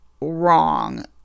wrong